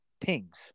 pings